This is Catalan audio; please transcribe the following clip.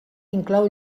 inclou